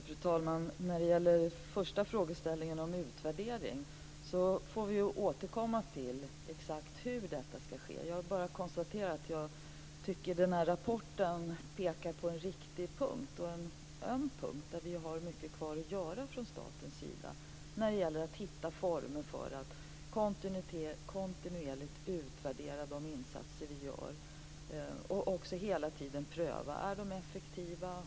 Fru talman! När det gäller den första frågeställningen om utvärdering får vi återkomma till exakt hur detta ska ske. Jag bara konstaterar att jag tycker att rapporten pekar på en riktig, och öm, punkt där vi har mycket kvar att göra från statens sida. Vi måste hitta former för att kontinuerligt utvärdera de insatser vi gör och hela tiden pröva om de är effektiva.